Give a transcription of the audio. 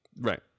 Right